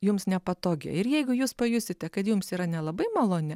jums nepatogi ir jeigu jūs pajusite kad jums yra nelabai maloni